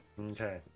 Okay